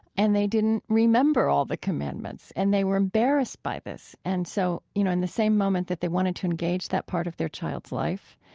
and they didn't remember all the commandments, and they were embarrassed by this. and so, you know, in the same moment that they wanted to engage that part of their child's life,